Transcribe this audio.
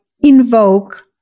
invoke